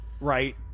right